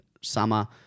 summer